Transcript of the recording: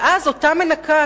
ואז אותה מנקה,